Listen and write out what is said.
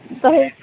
कहू